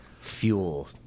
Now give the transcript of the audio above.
fuel